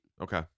Okay